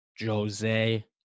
Jose